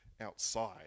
Outside